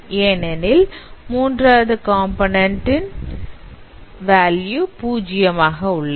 ஏனெனில் மூன்றாவது பூஜ்ஜியம் ஆக உள்ளது